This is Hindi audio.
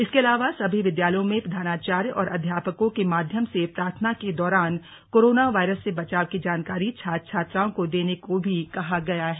इसके अलावा सभी विद्यालयों में प्रधानाचार्य और अध्यापकों के माध्यम से प्रार्थना के दौरान कोरोना वायरस से बचाव की जानकारी छात्र छात्राओं को देने को भी कहा गया है